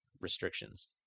restrictions